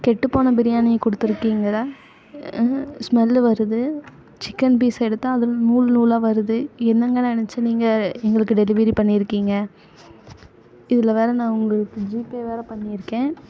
கெட்டுப்போன பிரியாணியை கொடுத்துருக்கீங்க ஸ்மெல்லு வருது சிக்கன் பீஸ் எடுத்தால் அதில் நூல் நூலாக வருது என்னங்க நெனைச்சி நீங்கள் எங்களுக்கு டெலிவரி பண்ணியிருக்கீங்க இதில் வேற நான் உங்களுக்கு ஜிபே வேற பண்ணியிருக்கேன்